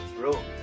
Bro